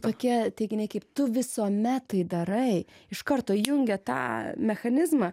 tokie teiginiai kaip tu visuomet tai darai iš karto įjungia tą mechanizmą